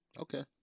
Okay